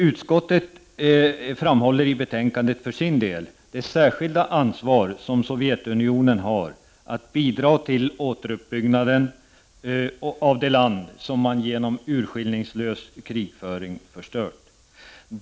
Utskottet framhåller i betänkandet för sin del det särskilda ansvar som Sovjetunionen har att bidra till återuppbyggnaden av det land som man genom urskillningslös krigföring förstört.